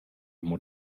amo